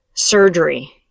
Surgery